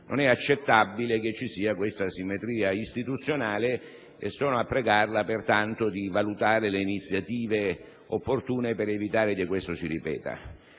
non è accettabile che ci sia questa asimmetria istituzionale. La prego pertanto di valutare le iniziative opportune per evitare che questo si ripeta.